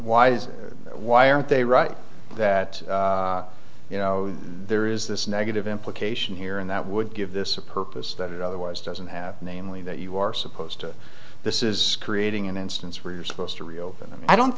why is that why are they right that you know there is this negative implication here and that would give this a purpose that it otherwise doesn't have namely that you are supposed to this is creating an instance where you're supposed to reopen i don't